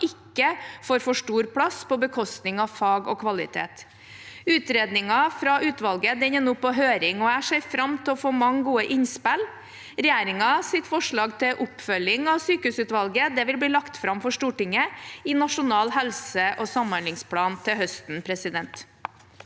ikke får for stor plass på bekostning av fag og kvalitet. Utredningen fra utvalget er nå på høring, og jeg ser fram til å få mange gode innspill. Regjeringens forslag til oppfølging av sykehusutvalgets utredning vil bli lagt fram for Stortinget i nasjonal helse- og samhandlingsplan til høsten. Ingri